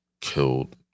killed